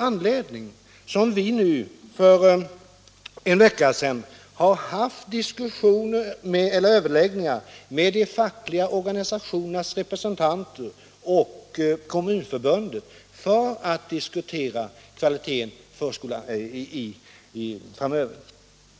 Anledningen till att vi för en vecka sedan hade överläggningar med representanter för de fackliga organisationerna och Kommunförbundet var också, att vi ville diskutera kvaliteten i den framtida förskoleverksamheten.